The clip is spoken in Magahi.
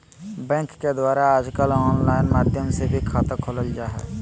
बैंक के द्वारा आजकल आनलाइन माध्यम से भी खाता खोलल जा हइ